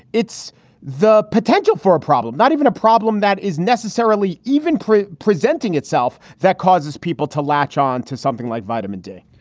it's the potential for a problem, not even a problem that is necessarily even presenting itself that causes people to latch on to something like vitamin d.